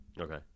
okay